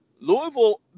Louisville